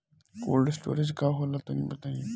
Cold storage का होला तनि बताई?